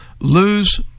lose